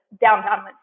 downtown